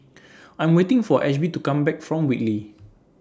I'm waiting For Ashby to Come Back from Whitley